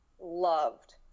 loved